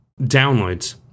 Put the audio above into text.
Downloads